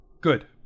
Good